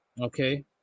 Okay